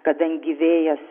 kadangi vėjas